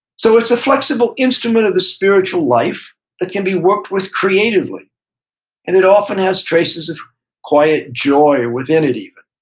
so, it's a flexible instrument of the spiritual life that can be worked with creatively and it often has traces of quiet joy within it even.